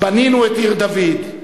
בנינו את עיר-דוד,